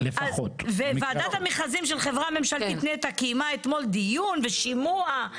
"וועדת המכרזים של החברה הממשלתית נת"ע קיימה אתמול דיון ושימוע"